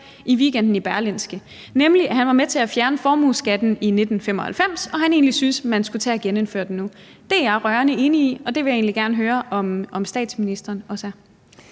i weekenden i Berlingske, nemlig at han var med til at fjerne formueskatten i 1995, og at han egentlig synes, man skulle tage at genindføre den nu. Det er jeg rørende enig i, og det vil jeg egentlig gerne høre om statsministeren også er?